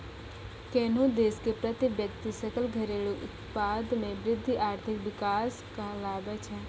कोन्हो देश के प्रति व्यक्ति सकल घरेलू उत्पाद मे वृद्धि आर्थिक विकास कहलाबै छै